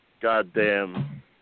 goddamn